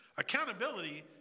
Accountability